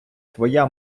твоя